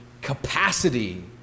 capacity